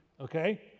Okay